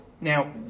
Now